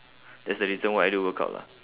that's the reason why I do workout lah